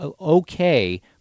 okay